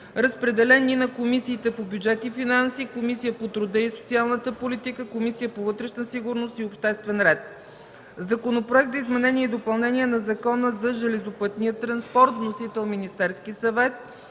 Разпределен е и на Комисията по бюджет и финанси, Комисията по труда и социалната политика и Комисията по вътрешна сигурност и обществен ред. Законопроект за изменение и допълнение на Закона за железопътния транспорт. Вносител – Министерският съвет.